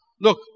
look